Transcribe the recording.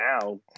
now